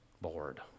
bored